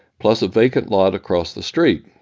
plus a vacant lot across the street.